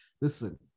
listen